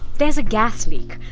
there's a gas leak.